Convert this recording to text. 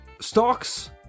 stocks